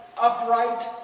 upright